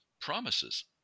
promises